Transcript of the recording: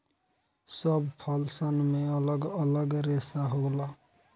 सब फल सन मे अलग अलग रेसा होला